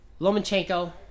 Lomachenko